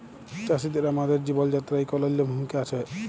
চাষীদের আমাদের জীবল যাত্রায় ইক অলল্য ভূমিকা আছে